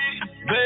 baby